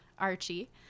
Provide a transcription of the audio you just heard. Archie